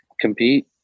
compete